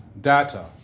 data